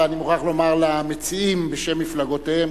ואני מוכרח לומר למציעים בשם מפלגותיהם,